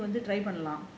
பண்ணலாம்:pannalaam